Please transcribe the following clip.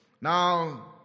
Now